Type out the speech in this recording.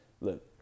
look